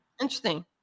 Interesting